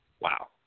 Wow